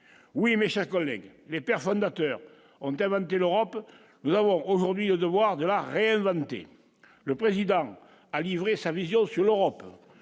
oui, mes chers collègues, les personnes Nater Andaman de l'Europe, nous avons aujourd'hui le devoir de la réinventer le président a livré sa vision sur l'Europe,